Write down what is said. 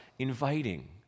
Inviting